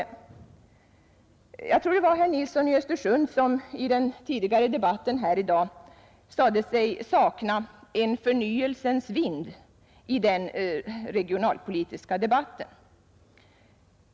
Jag tror att det var herr Nilsson i Östersund som i den tidigare diskussionen i dag sade sig sakna en förnyelsens vind i den regionalpolitiska debatten.